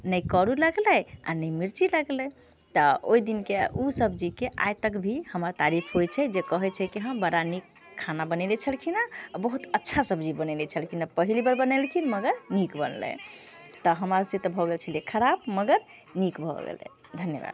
नहि करू लगलै आ नहि मिर्ची लगलै तऽ ओहिदिनके ओ सब्जीके आइतक भी हमर तारीफ होइत छै जे कहै छै कि बड़ा नीक खाना बनयने छलखिन आ बड़ा अच्छा सब्जी बनयने छलखिन पहिल बेर बनेलखिन मगर नीक बनेलै तऽ हमरा से तऽ भऽ गेल छलै खराप मगर नीक भऽ गेलै धन्यबाद